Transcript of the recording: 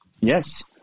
Yes